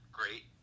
great